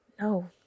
No